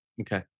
okay